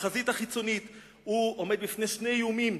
בחזית החיצונית הוא עומד בפני שני איומים: